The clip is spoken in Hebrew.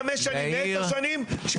בין חמש שנים לעשר שנים.